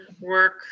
work